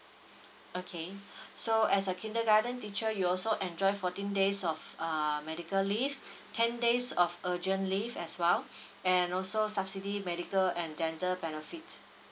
okay so as a kindergarten teacher you also enjoy fourteen days of um medical leave ten days of urgent leave as well and also subsidy medical and dental benefit